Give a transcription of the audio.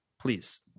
please